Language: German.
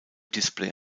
display